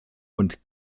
und